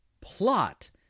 plot